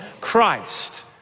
Christ